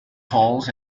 calls